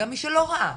גם מי שלא ראה,